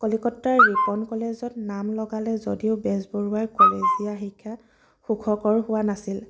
কলিকতাৰ ৰিপন কলেজত নাম লগালে যদিও বেজবৰুৱাই কলেজীয়া শিক্ষা সুখকৰ হোৱা নাছিল